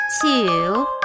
Two